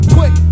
Quick